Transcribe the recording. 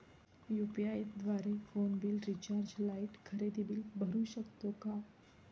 UPI द्वारे phone bill, recharge, light, खरेदी bill भरू शकतो का?